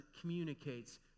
communicates